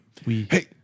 Hey